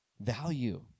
Value